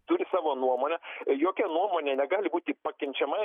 turi savo nuomonę jokia nuomonė negali būti pakenčiama